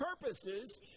purposes